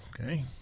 Okay